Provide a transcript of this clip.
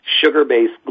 sugar-based